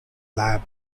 lab